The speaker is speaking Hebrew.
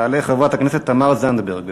תעלה חברת הכנסת תמר זנדברג.